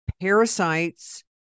parasites